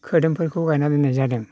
खोदोमफोरखौ गायना दोननाय जादों